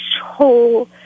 whole